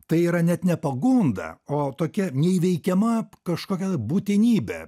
tai yra net ne pagunda o tokia neįveikiama kažkokia būtinybė